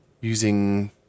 using